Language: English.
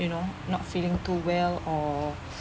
you know not feeling too well or